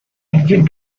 exit